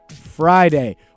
Friday